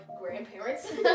grandparents